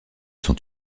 sont